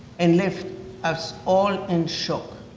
and left us all in shock.